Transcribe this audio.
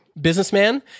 businessman